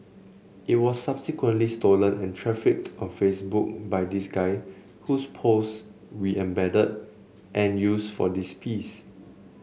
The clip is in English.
it was subsequently stolen and trafficked on Facebook by this guy whose posts we embedded and used for this piece